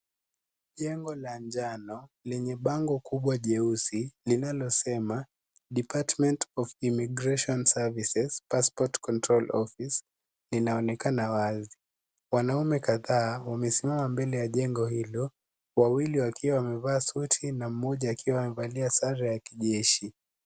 Jengo la anjano lenye bango kubwa jeusi linalosema Department of immigration services passport control office linaonekana wazi. Wanaume kadhaa wamesimama mbele ya jengo hilo, wawili wakiwa wamevaa suti na mmoja akiwa amevalia sare ya kijeshi.